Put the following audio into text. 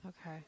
Okay